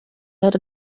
had